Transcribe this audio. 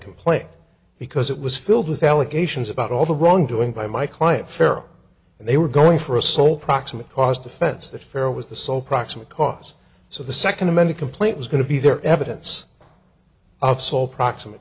complaint because it was filled with allegations about all the wrongdoing by my client farrow and they were going for a sole proximate cause defense that fair was the sole proximate cause so the second amended complaint was going to be there evidence of sole proximate